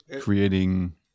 creating